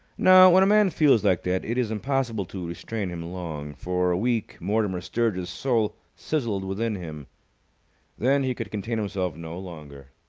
now, when a man feels like that, it is impossible to restrain him long. for a week mortimer sturgis's soul sizzled within him then he could contain himself no longer.